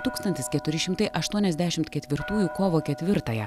tūkstantis keturi šimtai aštuoniasdešimt ketvirtųjų kovo ketvirtąją